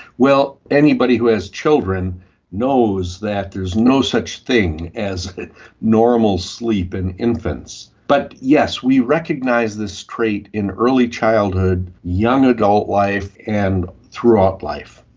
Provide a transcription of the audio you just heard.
well, anybody who has children knows that there's no such thing as normal sleep in infants. but yes, we recognise this trait in early childhood, young adult life, and throughout life.